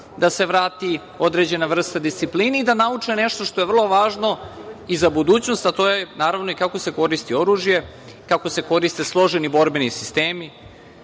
da se vrati određena vrsta discipline i da nauče nešto što je vrlo važno i za budućnost, a to je naravno i kako se koristi oružje, kako se koriste složeni borbeni sistemi. Ono